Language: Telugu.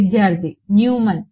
విద్యార్థి న్యూమాన్